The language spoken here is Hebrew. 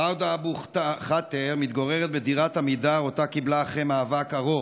ראודה אבו חאטר מתגוררת בדירת עמידר שאותה קיבלה אחרי מאבק ארוך.